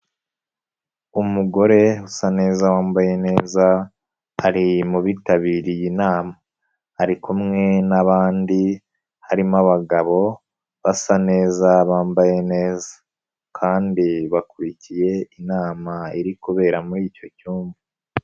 Umugore usa neza wambaye neza ari mu bitabiriye inama, ari kumwe n'abandi harimo abagabo basa neza bambaye neza kandi bakurikiye inama iri kubera muri icyo cyumba.